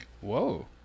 Whoa